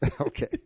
Okay